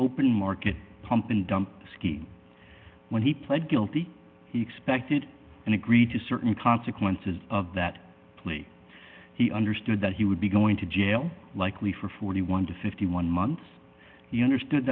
open market pump and dump scheme when he pled guilty expected and agreed to certain consequences of that plea he understood that he would be going to jail likely for forty one to fifty one months he understood